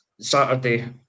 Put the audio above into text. Saturday